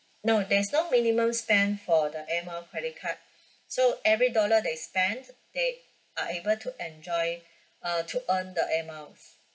no there is no minimum spend for the air mile credit card so every dollar they spend they are able to enjoy uh to earn the air miles